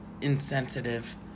insensitive